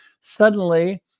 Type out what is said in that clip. suddenly-